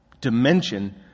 dimension